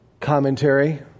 commentary